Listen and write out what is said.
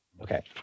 Okay